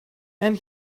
and